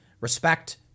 respect